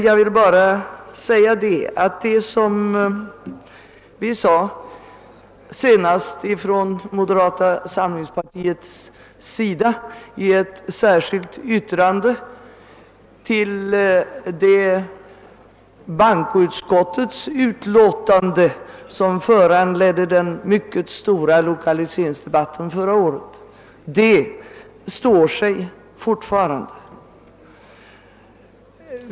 Jag vill emellertid bara upprepa det som vi framhöll från moderata samlingspartiets sida i ett särskilt yttrande till det bankoutskottsutlåtande som föranledde den mycket stora lokaliseringsdebatten förra året. Detta står sig fortfarande.